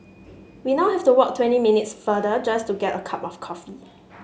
we now have to walk twenty minutes farther just to get a cup of coffee